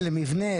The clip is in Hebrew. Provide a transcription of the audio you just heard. לימור